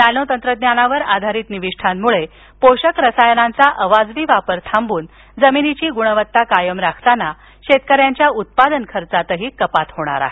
nano तंत्रज्ञानावर आधारित निविष्ठांमुळे पोषक रसायनांचा अवाजवी वापर थांबून जमिनीची गुणवत्ता कायम राखताना शेतकऱ्यांच्या उत्पादन खर्चातही कपात शक्य होणार आहे